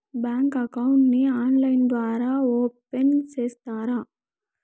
Bank account ని online ద్వారా open సేస్తారా?